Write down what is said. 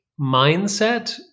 mindset